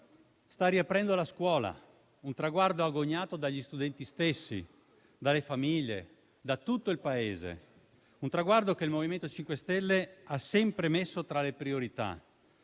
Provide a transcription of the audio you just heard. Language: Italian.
Sta riaprendo la scuola, un traguardo agognato dagli studenti stessi, dalle famiglie, da tutto il Paese; un traguardo che il MoVimento 5 Stelle ha sempre messo tra le priorità